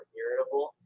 irritable